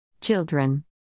Children